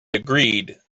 agreed